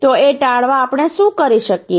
તો એ ટાળવા આપણે શું કરી શકીએ